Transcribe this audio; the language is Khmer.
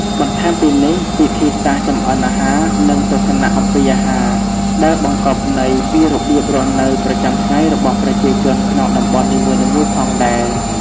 បន្ថែមពីនេះ វិធីសាស្ត្រចម្អិនអាហារ និងទស្សនៈអំពីអាហារ ដែលបង្កប់ន័យពីរបៀបរស់នៅប្រចាំថ្ងៃរបស់ប្រជាជនក្នុងតំបន់នីមួយៗផងដែរ។